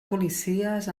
policies